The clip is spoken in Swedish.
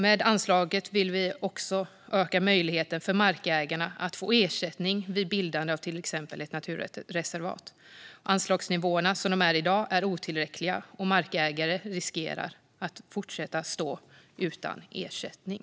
Med anslaget vill vi också öka möjligheterna för markägarna att få ersättning vid bildande av till exempel ett naturreservat. Anslagsnivåerna som de är i dag är otillräckliga, och markägare riskerar att fortsätta stå utan ersättning.